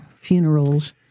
funerals